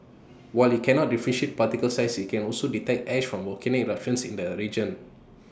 while IT cannot differentiate particle size IT can also detect ash from volcanic eruptions in the A region